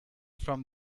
from